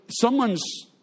someone's